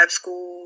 school